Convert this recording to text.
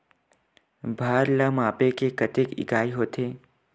भार ला मापे के कतेक इकाई होथे?